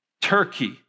Turkey